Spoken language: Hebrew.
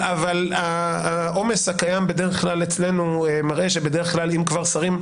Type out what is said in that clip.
העומס הקיים אצלנו מראה שבדרך כלל שרים,